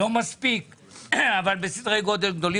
לא מספיק אבל בסדרי גודל גדולים.